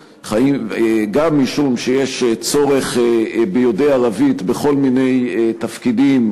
וגם משום שיש צורך ביודעי ערבית בכל מיני תפקידים,